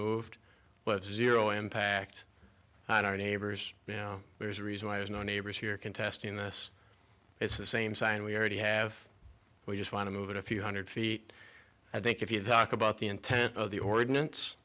zero impact on our neighbors there's a reason why there's no neighbors here contesting this it's the same sign we already have we just want to move it a few hundred feet i think if you talk about the intent of the ordinance